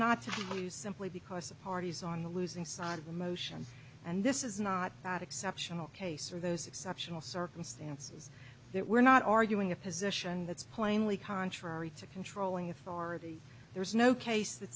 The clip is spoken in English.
you simply because the parties on the losing side of the motion and this is not that exceptional case are those exceptional circumstances that we're not arguing a position that's plainly contrary to controlling authority there's no case that